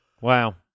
Wow